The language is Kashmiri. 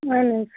اَہَن حظ